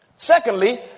Secondly